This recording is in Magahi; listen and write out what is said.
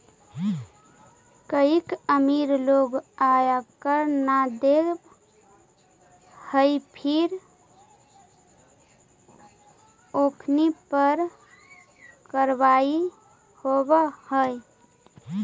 कईक अमीर लोग आय कर न देवऽ हई फिर ओखनी पर कारवाही होवऽ हइ